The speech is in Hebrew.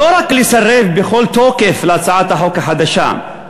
לא רק לסרב בכל תוקף להצעת החוק החדשה,